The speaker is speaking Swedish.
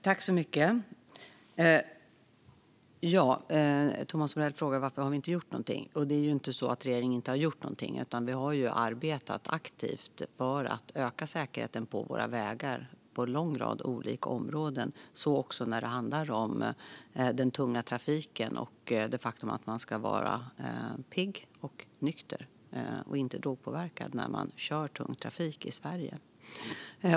Fru talman! Thomas Morell frågar varför vi inte har gjort någonting. Det är ju inte så att regeringen inte har gjort någonting, utan vi har arbetat aktivt på en lång rad olika områden för att öka säkerheten på våra vägar - så också när det handlar om den tunga trafiken och det faktum att man ska vara pigg, nykter och inte drogpåverkad när man kör tung trafik i Sverige.